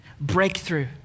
breakthrough